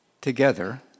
Together